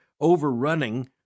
overrunning